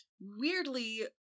Weirdly